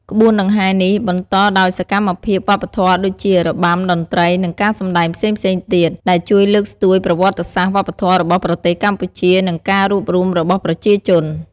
ក្បួនដង្ហែរនេះ បន្តដោយសកម្មភាពវប្បធម៌ដូចជា របាំ តន្ត្រី និងការសម្តែងផ្សេងៗទៀត ដែលជួយលើកស្ទួយប្រវត្តិសាស្រ្តវប្បធម៌របស់ប្រទេសកម្ពុជា និងការរួបរួមរបស់ប្រជាជន។